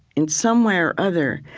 in some way or other,